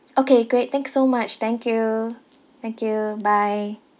okay great thanks so much thank you thank you bye